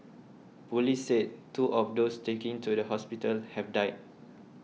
police said two of those taken to the hospital have died